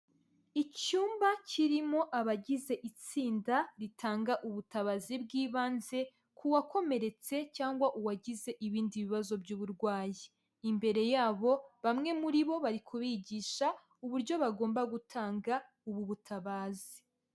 Icyumba kirimo abagize itsinda ritanga ubutabazi bw'ibanze ku wakomeretse cyangwa uwagize ibindi bibazo by'uburwayi. Imbere yabo bamwe muri bo bari kubigisha uburyo bagomba gutanga ubu butabazi.